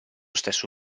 stesso